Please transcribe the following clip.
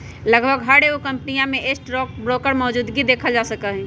लगभग हर एगो कम्पनीया में स्टाक ब्रोकर मौजूदगी देखल जा सका हई